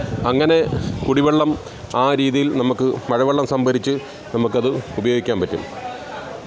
അങ്ങനെ കുടിവെള്ളം ആ രീതിയിൽ നമുക്ക് മഴവെള്ളം സംഭരിച്ച് നമുക്കത് ഉപയോഗിക്കാൻ പറ്റും